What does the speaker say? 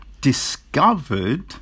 discovered